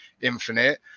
Infinite